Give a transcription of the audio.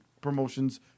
promotions